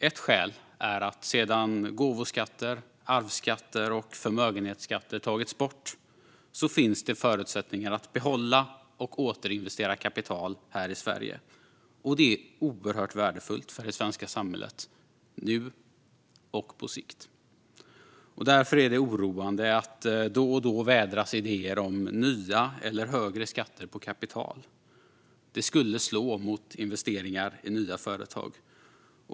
Ett skäl är att sedan gåvoskatter, arvsskatter och förmögenhetsskatter har tagits bort finns det förutsättningar för att behålla och återinvestera kapital här i Sverige. Det är oerhört värdefullt för det svenska samhället, nu och på sikt. Därför är det oroande att idéer om nya eller högre skatter på kapital vädras då och då. Det skulle slå mot investeringar i nya företag.